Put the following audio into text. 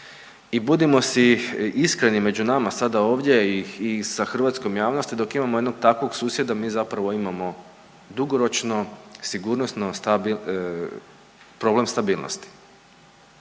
I budimo si iskreni među nama sada ovdje i sa hrvatskom javnosti dok imamo jednog takvog susjeda mi zapravo imamo dugoročno sigurnosno problem stabilnosti